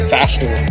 Faster